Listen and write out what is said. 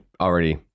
already